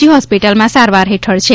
જી હોસ્પિટલમાં સારવાર હેઠળ છે